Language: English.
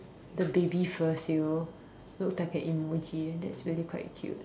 the baby for sale looks like an emoji that's really quite cute